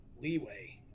leeway